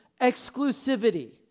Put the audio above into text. exclusivity